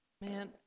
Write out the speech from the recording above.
Man